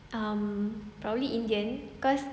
um probably indian cause